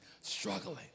struggling